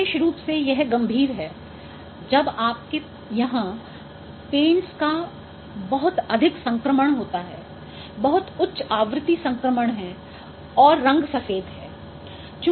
विशेष रूप से यह गंभीर है जब आपके यहां पेंट्स का बहुत अधिक संक्रमण होता है बहुत उच्च आवृत्ति संक्रमण है और रंग सफेद है